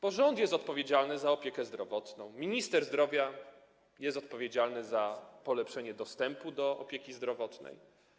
To rząd jest odpowiedzialny za opiekę zdrowotną, minister zdrowia jest odpowiedzialny za polepszenie dostępu do opieki zdrowotnej.